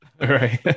right